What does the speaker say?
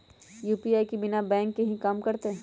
UPI बिना bank के भी कम करतै?